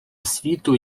світу